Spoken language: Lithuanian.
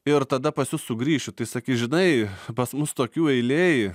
ir tada pas jus sugrįšiu tai sakys žinai pas mus tokių eilėj